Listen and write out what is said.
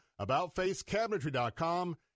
AboutFaceCabinetry.com